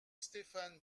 stéphane